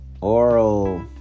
Oral